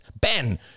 Ben